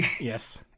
Yes